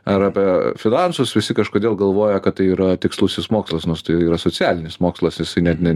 ar apie finansus visi kažkodėl galvoja kad tai yra tikslusis mokslas nors tai yra socialinis mokslas jisai net ne